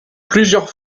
plusieurs